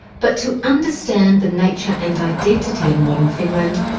but to understand the nature and identity of modern finland,